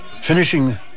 finishing